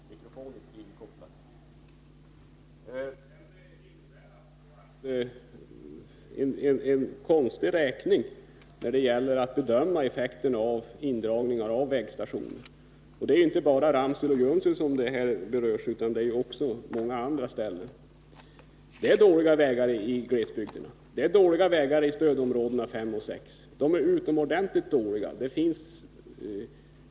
Herr talman! Jag beklagar kommunikationsministerns inställning. Den innebär ett konstigt sätt att bedöma effekten av indragning av vägstationerna. Det är inte bara Ramsele och Junsele som berörs utan också många andra orter. Det är dåliga vägar i glesbygderna, i stödområdena 5 och 6 utomordentligt dåliga vägar.